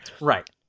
Right